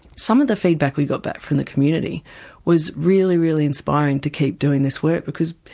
some of the feedback we got back from the community was really, really inspiring to keep doing this work because